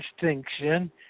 distinction